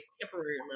temporary